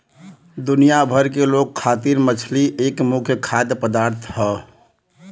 दुनिया भर के लोग खातिर मछरी एक मुख्य खाद्य पदार्थ हौ